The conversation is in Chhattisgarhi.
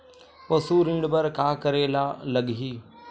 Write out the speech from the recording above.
पशु ऋण बर का करे ला लगही?